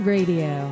Radio